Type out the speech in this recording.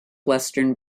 western